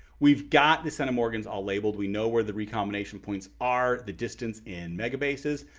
we've got the centimorgans all labeled. we know where the recombination points are, the distance in megabases,